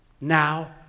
now